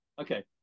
okay